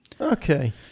Okay